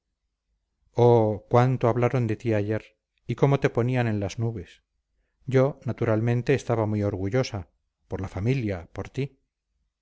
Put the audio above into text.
cuánto hablaron de ti ayer y cómo te ponían en las nubes yo naturalmente estaba muy orgullosa por la familia por ti